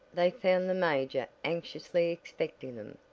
they found the major anxiously expecting them.